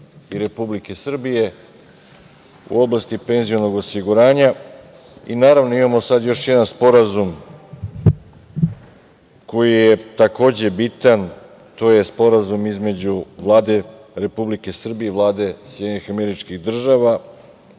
i Republike Srbije u oblasti penzionog osiguranja. Naravno, imamo sad još jedan sporazum koji je takođe bitan, to je Sporazum između Vlade Republike Srbije i Vlade SAD o naučno-tehnološkoj